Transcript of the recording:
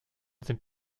sind